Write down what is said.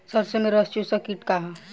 सरसो में रस चुसक किट का ह?